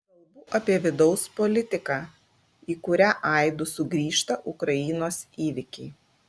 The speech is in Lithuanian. kalbu apie vidaus politiką į kurią aidu sugrįžta ukrainos įvykiai